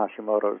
Hashimoto's